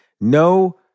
No